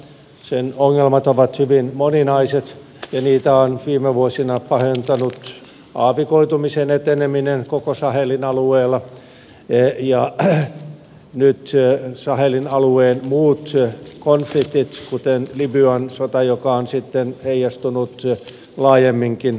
sen ongelmat ovat hyvin moninaiset ja niitä ovat viime vuosina pahentaneet aavikoitumisen eteneminen koko sahelin alueella ja nyt sahelin alueen muut konfliktit kuten libyan sota joka on sitten heijastunut laajemminkin alueelle